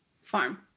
farm